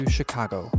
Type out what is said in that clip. Chicago